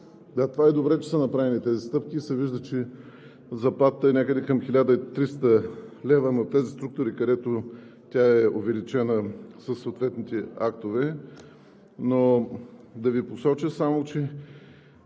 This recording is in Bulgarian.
Да, това е добре, че са направени тези стъпки, и се вижда, че заплатата е някъде към 1300 лв. на тези структури, където тя е увеличена със съответните актове, но да Ви посоча само, че